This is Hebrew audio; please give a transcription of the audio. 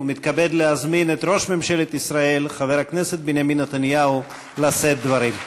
ומתכבד להזמין את ראש ממשלת ישראל חבר הכנסת בנימין נתניהו לשאת דברים.